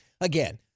again